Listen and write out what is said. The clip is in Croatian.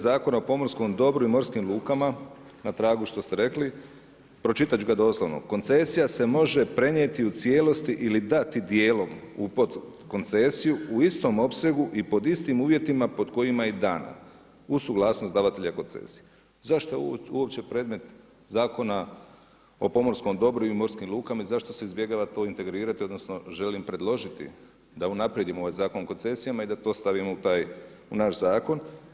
Zakona o pomorskom dobru i morskim lukama na tragu što ste rekli pročitat ću ga doslovno: „Koncesija se može prenijeti u cijelosti ili dati dijelom u podkoncesiju u istom opsegu i pod istim uvjetima pod kojima je i dana uz suglasnost davatelja koncesija.“ Zašto je ovo uopće predmet Zakona o pomorskom dobru i morskim lukama i zašto se izbjegava to integrirati, odnosno želim predložiti da unaprijedimo ovaj Zakon o koncesijama i da to stavimo u taj naš zakon.